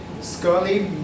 Scully